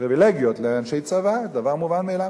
פריווילגיות לאנשי צבא, דבר מובן מאליו.